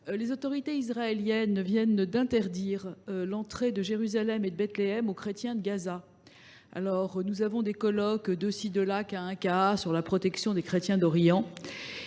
les autorités israéliennes viennent d'interdire l'entrée de Jérusalem et de Bethléem aux chrétiens de Gaza. Et alors que des colloques sont organisés de-ci de-là sur la protection des chrétiens d'Orient,